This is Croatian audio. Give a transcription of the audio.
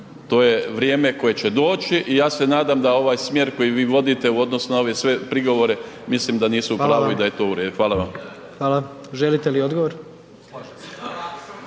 to je vrijeme koje će doći i ja se nadam da ovaj smjer koji vi vodite u odnosu na ove sve prigovore mislim da nisu u pravi i da je to u redu. **Jandroković, Gordan (HDZ)** Hvala. Želite li odgovor?